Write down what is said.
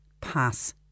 pass